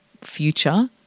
future